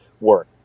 work